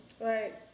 Right